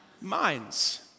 minds